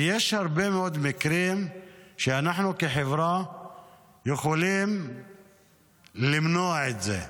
יש הרבה מאוד מקרים שבהם אנחנו כחברה יכולים למנוע את זה.